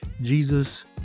Jesus